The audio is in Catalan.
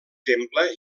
temple